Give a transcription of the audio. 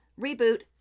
Reboot